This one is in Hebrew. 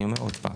אני אומר שוב: